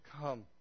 come